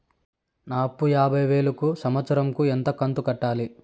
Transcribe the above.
నా అప్పు యాభై వేలు కు సంవత్సరం కు ఎంత కంతు కట్టాలి?